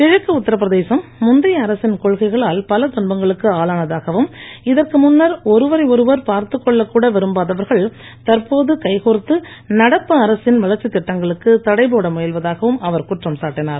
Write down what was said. இழக்கு உத்தரபிரதேசம் முந்தைய அரசின் கொள்கைகளால் பல துன்பங்களுக்கு ஆளானதாகவும் இதற்கு முன்னர் ஒருவரை ஒருவர் பார்த்துக் கொள்ளக்கூட விரும்பாதவர்கள் தற்போது கைகோர்த்து நடப்பு அரசின் வளர்ச்சித் திட்டங்களுக்கு தடை போட முயல்வதாகவும் அவர் குற்றம் சாட்டினார்